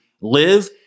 live